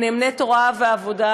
"נאמני תורה ועבודה",